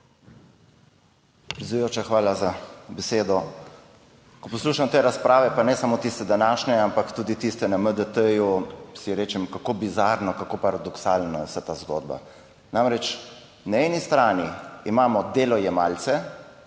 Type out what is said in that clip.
Predsedujoča, hvala za besedo! Ko poslušam te razprave pa ne samo tiste današnje, ampak tudi tiste na MDT, si rečem, kako bizarno, kako paradoksalno je vsa ta zgodba. Namreč, na eni strani imamo delojemalce,